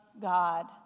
God